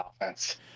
offense